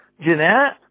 Jeanette